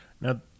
now